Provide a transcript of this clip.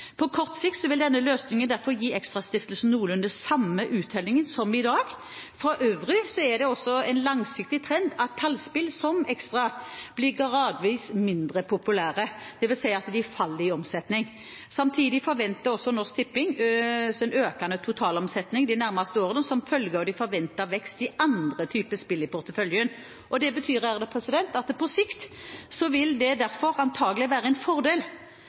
På kort sikt vil denne løsningen derfor gi ExtraStiftelsen noenlunde samme uttelling som i dag. For øvrig er det en langsiktig trend at tallspill som Extra blir gradvis mindre populære, dvs. at de faller i omsetning. Samtidig forventer Norsk Tipping en økende totalomsetning de nærmeste årene som følge av en forventet vekst i andre typer spill i porteføljen. Det betyr at det på sikt antakelig vil være en fordel